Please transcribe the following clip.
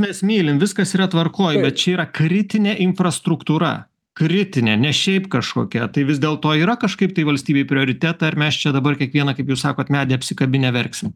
mes mylim viskas yra tvarkoj bet čia yra kritinė infrastruktūra kritinė ne šiaip kažkokia tai vis dėl to yra kažkaip tai valstybei prioriteta ar mes čia dabar kiekvieną kaip jūs sakot medį apsikabinę verksim